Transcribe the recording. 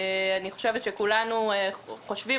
אני חושבת שכולנו חושבים,